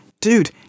dude